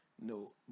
no